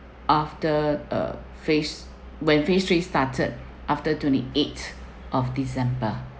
after uh phase when phase three started after twenty eighth of december